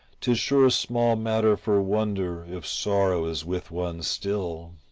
tis sure small matter for wonder if sorrow is with one still.